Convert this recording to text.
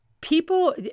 people